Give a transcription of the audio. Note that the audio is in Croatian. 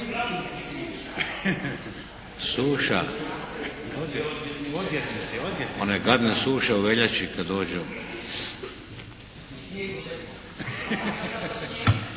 čuje./… One gadne suše u veljači kad dođu.